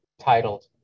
titled